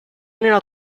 nella